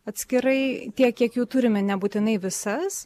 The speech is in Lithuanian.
atskirai tiek kiek jų turime nebūtinai visas